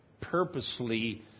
purposely